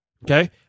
Okay